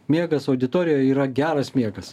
miegas auditorijoj yra geras miegas